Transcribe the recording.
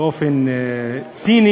באופן ציני